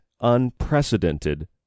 unprecedented